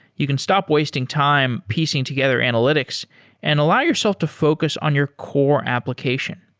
you can stop wasting time piecing together analytics and allow yourself to focus on your core application.